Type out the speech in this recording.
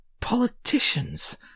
politicians